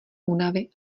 únavy